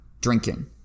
drinking